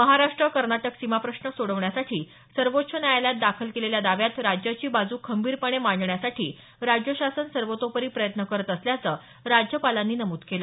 महाराष्ट्र कर्नाटक सीमाप्रश्न सोडवण्यासाठी सर्वोच्च न्यायालयात दाखल केलेल्या दाव्यात राज्याची बाजू खंबीरपणे मांडण्यासाठी राज्य शासन सर्वतोपरी प्रयत्न करत असल्याचं राज्यपालांनी नमूद केल